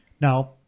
Now